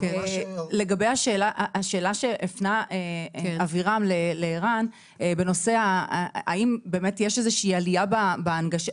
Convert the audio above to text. לגבי השאלה שהפנה אבירם לערן בשאלה האם יש איזושהי בעיה בהנגשה,